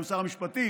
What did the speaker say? גם שר המשפטים,